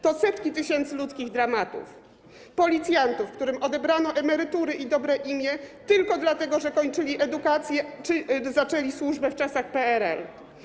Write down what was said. To setki tysięcy ludzkich dramatów: policjantów, którym odebrano emerytury i dobre imię tylko dlatego, że kończyli edukację czy zaczęli służbę w czasach PRL.